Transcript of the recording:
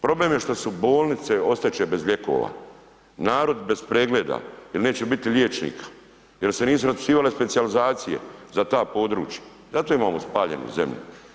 Problem je što će bolnice ostati bez lijekova, narod bez pregleda jel neće biti liječnika jel se nisu raspisivale specijalizacije za ta područja, zato imamo spaljenu zemlju.